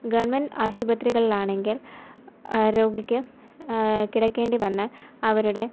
government ആശുപത്രികളിലാണെങ്കിൽ രോഗിക്ക് കിടക്കേണ്ടി വന്നാൽ അവരുടെ